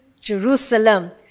Jerusalem